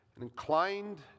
inclined